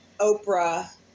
Oprah